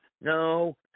No